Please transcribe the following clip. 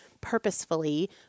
purposefully